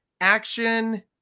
action